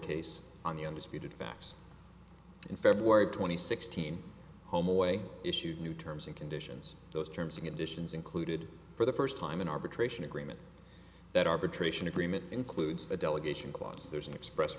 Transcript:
case on the undisputed facts in feb twenty sixth teen home away issued new terms and conditions those terms and conditions included for the first time an arbitration agreement that arbitration agreement includes a delegation clause there's an express